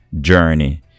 journey